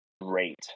great